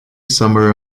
summer